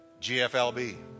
GFLB